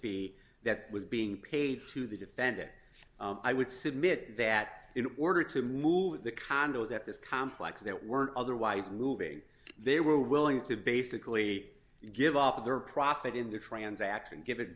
fee that was being paid to the defendant i would submit that in order to move the condos at this complex that weren't otherwise moving they were willing to basically give up their profit in the transaction give it